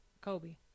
Kobe